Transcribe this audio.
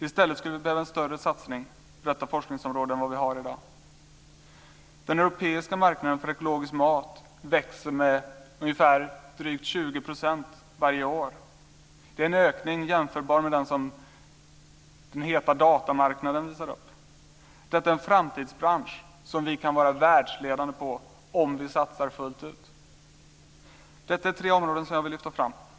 I stället skulle vi behöva en större satsning på detta forskningsområde än vad vi har i dag. Den europeiska marknaden för ekologisk mat växer med drygt 20 % varje år. Det är en ökning jämförbar med den som den heta datamarknaden visar upp. Detta är en framtidsbransch som vi kan vara världsledande på om vi satsar fullt ut. Detta var tre områden jag ville lyfta fram.